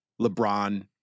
LeBron